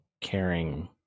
caring